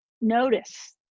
notice